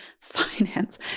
finance